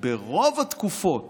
ברוב התקופות